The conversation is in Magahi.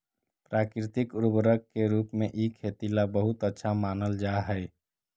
प्राकृतिक उर्वरक के रूप में इ खेती ला बहुत अच्छा मानल जा हई